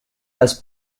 las